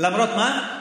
למרות מה?